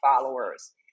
followers